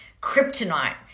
kryptonite